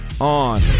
on